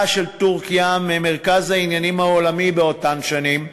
של טורקיה ממרכז העניינים העולמי באותן שנים,